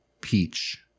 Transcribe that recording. peach